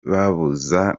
babuza